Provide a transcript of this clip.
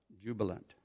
jubilant